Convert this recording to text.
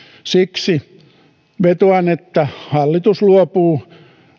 siksi vetoan että hallitus luopuu